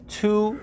two